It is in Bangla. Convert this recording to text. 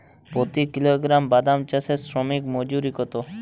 প্রতি কিলোগ্রাম বাদাম চাষে শ্রমিক মজুরি কত?